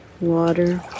water